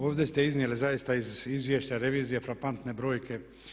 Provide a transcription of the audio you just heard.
Ovdje ste iznijeli zaista iz izvješća revizije frapantne brojke.